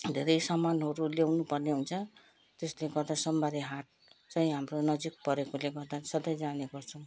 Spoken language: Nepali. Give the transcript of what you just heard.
धेरै समानहरू ल्याउनु पर्ने हुन्छ त्यसले गर्दा सोमबारे हाट चाहिँ हाम्रो नजिक परेकोले गर्दा सधैँ जाने गर्छौँ